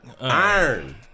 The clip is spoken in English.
iron